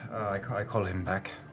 i call i call him back.